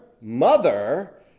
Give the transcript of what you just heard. mother